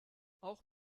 auch